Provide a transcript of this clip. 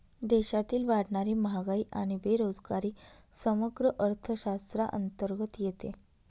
देशातील वाढणारी महागाई आणि बेरोजगारी समग्र अर्थशास्त्राअंतर्गत येते